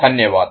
धन्यवाद